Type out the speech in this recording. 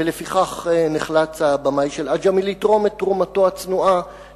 ולפיכך נחלץ הבמאי של "עג'מי" לתרום את תרומתו הצנועה